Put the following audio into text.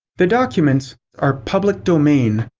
the documents are public domain,